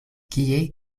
kie